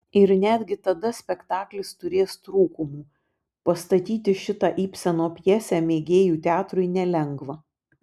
ir netgi tada spektaklis turės trūkumų pastatyti šitą ibseno pjesę mėgėjų teatrui nelengva